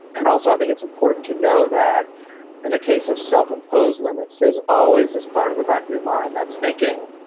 and also, i think it's important to know that in the case of self-imposed limits, there's always this part of the back of your mind that's thinking,